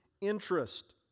interest